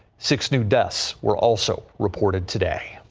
six new deaths were also reported today.